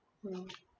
mm